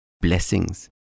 blessings